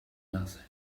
nothing